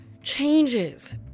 changes